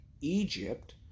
Egypt